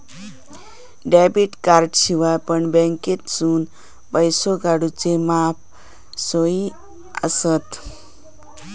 debit कार्डाशिवाय पण बँकेतसून पैसो काढूचे मॉप सोयी आसत